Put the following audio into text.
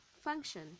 function